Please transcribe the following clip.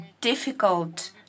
difficult